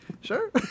Sure